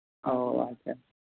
ᱚᱼᱚ ᱟᱪᱪᱷᱟ